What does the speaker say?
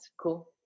Cool